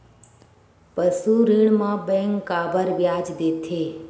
पशु ऋण म बैंक काबर ब्याज लेथे?